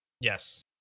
Yes